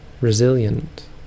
resilient